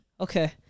Okay